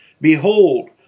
Behold